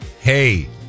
Hey